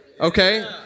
okay